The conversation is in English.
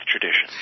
tradition